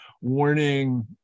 warning